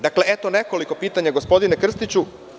Dakle, eto nekoliko pitanja, gospodine Krstiću.